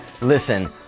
Listen